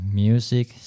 music